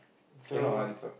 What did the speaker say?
so